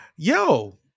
Yo